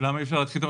למה אי אפשר להתחיל?